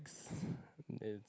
it's